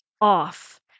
off